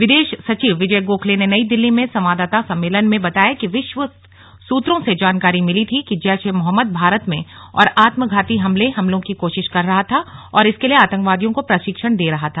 विदेश सचिव विजय गोखले ने नई दिल्ली में संवाददाता सम्मेलन में बताया कि विश्वस्त सूत्रों से जानकारी मिली थी कि जैश ए मोहम्मद भारत में और आत्मघाती आतंकी हमलों की कोशिश कर रहा था और इसके लिए आतंकवादियों को प्रशिक्षण दे रहा था